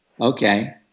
Okay